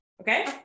Okay